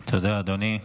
תודה, אדוני.